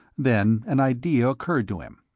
then an idea occurred to him.